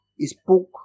spoke